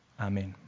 Amen